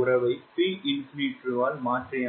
உறவை P ஆல் மாற்றியமைக்கும்